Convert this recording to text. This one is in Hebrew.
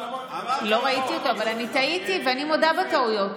לא ראיתי אותו, אבל אני טעיתי, ואני מודה בטעויות.